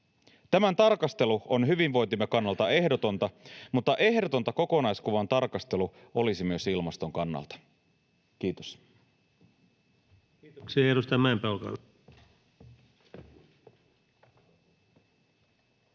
Tämän tarkastelu on hyvinvointimme kannalta ehdotonta, mutta ehdotonta kokonaiskuvan tarkastelu olisi myös ilmaston kannalta. — Kiitos.